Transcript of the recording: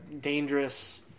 dangerous